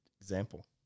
example